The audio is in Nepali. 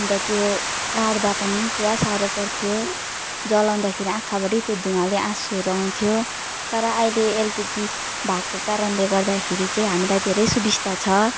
अन्त त्यो काड्दा पनि पुरा साह्रो पर्थ्यो जलाउँदाखेरि आँखाभरि त्यो धुँवाले आँसुहरू आउँथ्यो तर अहिले एलपिजी भएको कारणले गर्दाखेरि चाहिँ हामीलाई धेरै सुविस्ता छ